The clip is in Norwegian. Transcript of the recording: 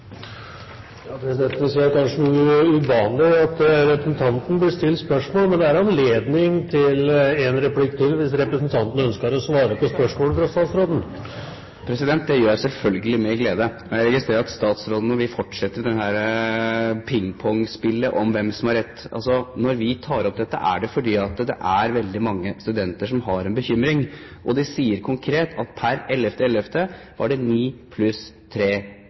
Presidenten ser det kanskje som noe uvanlig at representanten blir stilt spørsmål. Men det er anledning til én replikk til hvis representanten ønsker å svare på spørsmålet fra statsråden. Det gjør jeg selvfølgelig med glede. Jeg registrerer at statsråden vil fortsette dette pingpongspillet om hvem som har rett. Altså: Når vi tar opp dette, er det fordi det er veldig mange studenter som er bekymret, og de sier konkret at per 11. november var det ni pluss tre